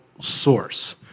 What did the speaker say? source